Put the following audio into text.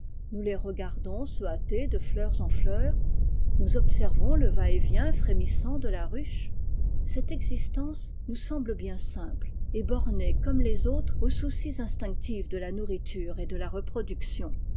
nous les regardons se hâter de fleurs en fleurs nous observons le va-et-vient frémissant de la ruche cette existence nous semble bien simple et bornée comme les autres aux soucis instinctifs de la nourriture et de la reproduction